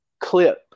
clip